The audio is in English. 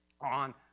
on